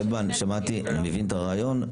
שמעתי ואני מבין את הרעיון,